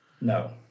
No